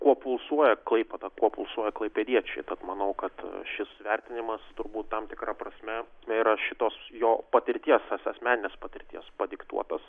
kuo pulsuoja klaipėda kuo pulsuoja klaipėdiečiai tad manau kad šis įvertinimas turbūt tam tikra prasme yra šitos jo patirties patirties asmeninės patirties padiktuotas